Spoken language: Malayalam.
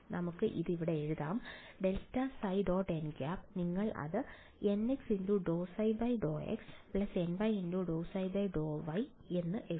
നമുക്ക് അത് ഇവിടെ എഴുതാം ∇ϕ · nˆ നിങ്ങൾ അത് nx∂ϕ∂x ny∂ϕ∂y എന്ന് എഴുതും